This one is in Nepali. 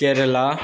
केरेला